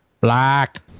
Black